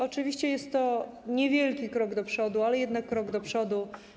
Oczywiście jest to niewielki krok do przodu, ale jednak krok do przodu.